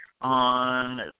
on